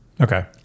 Okay